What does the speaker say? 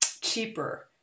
cheaper